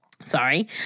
Sorry